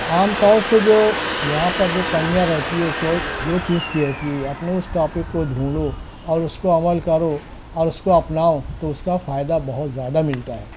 عام طور سے جو یہاں پر جو کمیاں رہتی ہے جو دو چیز کی رہتی ہے اپنے اس ٹاپک کو ڈھونڈو اور اس کو عمل کرو اور اس کو اپناؤ تو اس کا فائدہ بہت زیادہ ملتا ہے